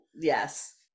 yes